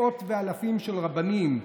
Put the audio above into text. מאות ואלפים של רבנים,